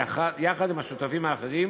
יחד עם השותפים האחרים